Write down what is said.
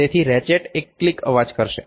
તેથી રેચેટ એક ક્લિક અવાજ કરશે